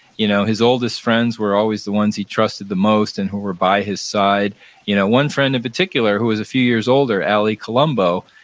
you know his oldest friends were always the ones he trusted the most and who were by his side you know one friend, in particular, who was a few years older, allie colombo,